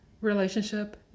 relationship